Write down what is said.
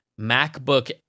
MacBook